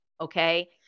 okay